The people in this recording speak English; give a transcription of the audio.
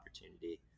opportunity